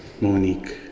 Monique